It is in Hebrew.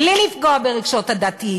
בלי לפגוע ברגשות הדתיים,